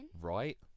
Right